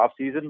offseason